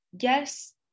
yes